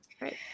right